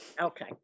Okay